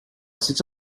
sits